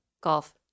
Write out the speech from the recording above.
Golf